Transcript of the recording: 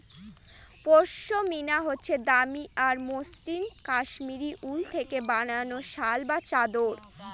পশমিনা হচ্ছে দামি আর মসৃণ কাশ্মীরি উল থেকে বানানো শাল বা চাদর